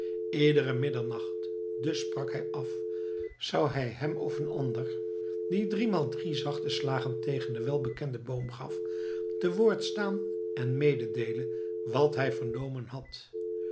iederen middernacht dus sprak hij af zou hij hem of een ander die driemaal drie zachte slagen tegen den welbekenden boom gaf te woord staan en mededeelen wat hij vernomen had